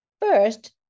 First